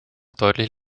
deutlich